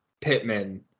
Pittman